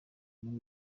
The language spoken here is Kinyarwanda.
muri